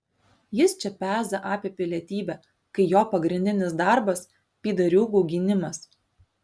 jis čia peza apie pilietybę kai jo pagrindinis darbas pydariūgų gynimas